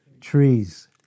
Trees